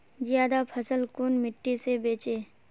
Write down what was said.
ज्यादा फसल कुन मिट्टी से बेचे?